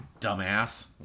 Dumbass